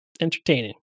entertaining